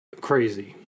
crazy